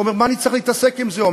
הוא אומר: מה אני צריך להתעסק עם זה?